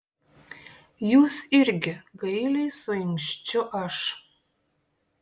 jūs irgi gailiai suinkščiu aš